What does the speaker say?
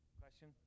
question